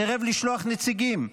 סירב לשלוח נציגים.